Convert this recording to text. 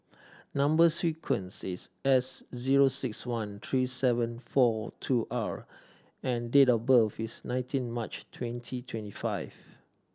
number sequence is S zero six one three seven four two R and date of birth is nineteen March twenty twenty five